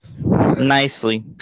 Nicely